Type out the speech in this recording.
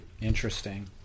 Interesting